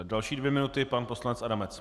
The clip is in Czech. Další dvě minuty pan poslanec Adamec.